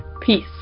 Peace